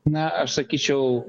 na aš sakyčiau